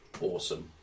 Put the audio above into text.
awesome